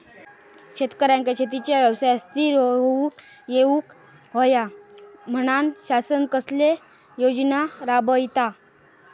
शेतकऱ्यांका शेतीच्या व्यवसायात स्थिर होवुक येऊक होया म्हणान शासन कसले योजना राबयता?